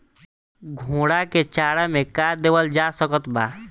घोड़ा के चारा मे का देवल जा सकत बा?